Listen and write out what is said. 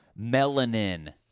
melanin